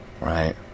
Right